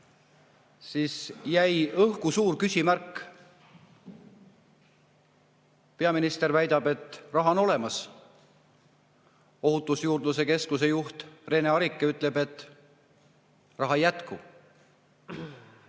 siis jäi õhku suur küsimärk. Peaminister väidab, et raha on olemas. Ohutusjuurdluse Keskuse juht Rene Arikas ütleb, et raha ei jätku.